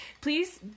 Please